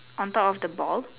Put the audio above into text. on top of the ball